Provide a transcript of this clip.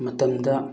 ꯃꯇꯝꯗ